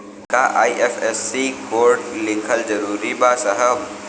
का IFSC code लिखल जरूरी बा साहब?